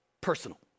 personal